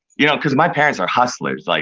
you know cause my parents are hustlers. like